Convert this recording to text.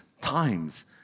times